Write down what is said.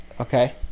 Okay